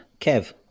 Kev